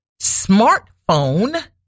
smartphone